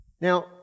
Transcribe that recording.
Now